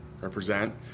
represent